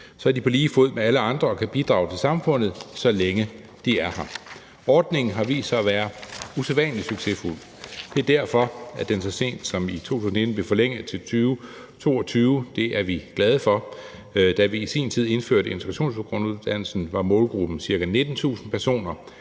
Så er de på lige fod med alle andre og kan bidrage til samfundet, så længe de er her. Ordningen har vist sig at være usædvanlig succesfuld. Det er derfor, at den så sent som i 2019 blev forlænget til 2022, og det er vi glade for. Da vi i sin tid indførte integrationsgrunduddannelsen, var målgruppen ca. 19.000 personer.